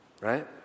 Right